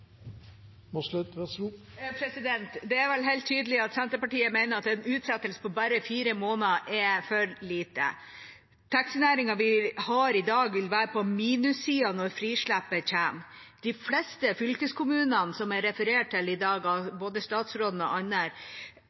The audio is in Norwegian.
vel helt tydelig at Senterpartiet mener at en utsettelse på bare fire måneder er for lite. Taxinæringen vi har i dag, vil være på minussida når frislippet kommer. De fleste av fylkeskommunene som det har blitt referert til i dag av både statsråden og andre,